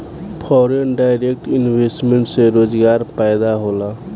foreign direct investment से रोजगार पैदा होला